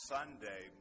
Sunday